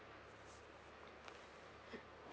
mm